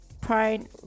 prime